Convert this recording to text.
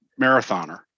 marathoner